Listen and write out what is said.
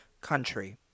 country